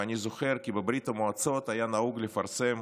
ואני זוכר כי בברית המועצות היה נהוג לפרסם